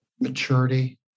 maturity